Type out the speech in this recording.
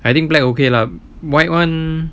I think black okay lah white [one]